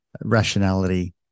rationality